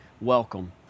Welcome